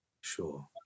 sure